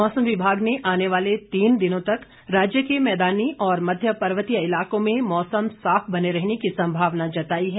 मौसम विभाग ने आने वाले तीन दिनों तक राज्य के मैदानी और मध्य पर्वतीय इलाकों में मौसम साफ बने रहने की संभावना जताई है